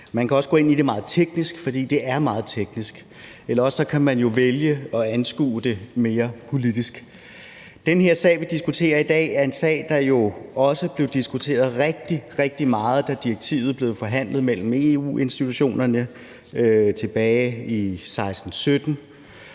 Man kan også gå ind i det meget teknisk, for det er meget teknisk, eller også kan man jo vælge at anskue det mere politisk. Det, vi diskuterer i dag, er en sag, der jo også blev diskuteret rigtig, rigtig meget, da direktivet blev forhandlet mellem EU-institutionerne tilbage i 2016-2017,